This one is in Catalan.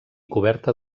coberta